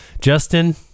Justin